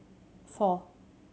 four